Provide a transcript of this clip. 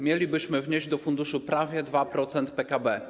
Mielibyśmy wnieść do funduszu prawie 2% PKB.